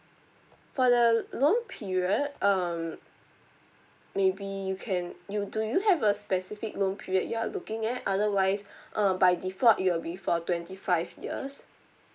for the loan period um maybe you can you do you have a specific loan period you are looking at otherwise uh by default it will be for twenty five years